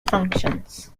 functions